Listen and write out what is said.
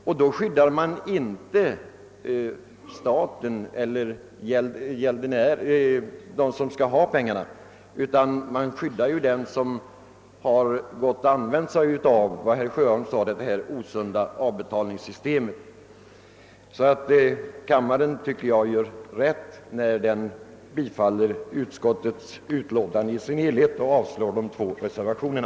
Med en sådan bestämmelse skulle man alltså inte skydda staten eller dem som har en fordran på skattebetalaren utan bara den skattebetalare som har använt sig av det som herr Sjöholm kallade ett osunt - avbetalningssystem. Riksdagen gör enligt min mening rätt, om den bifaller utskottsmajoritetens betänkande i dess helhet och avslår de två reservationerna.